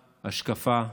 השקפה,